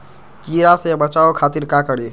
कीरा से बचाओ खातिर का करी?